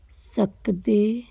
ਸਕਦੇ